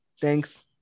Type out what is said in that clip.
Thanks